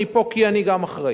אני פה כי אני גם אחראי.